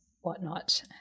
whatnot